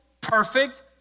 perfect